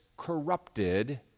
corrupted